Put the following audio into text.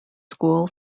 school